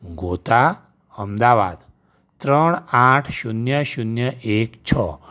ગોતા અમદાવાદ ત્રણ આઠ શૂન્ય શૂન્ય એક છ